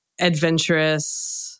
adventurous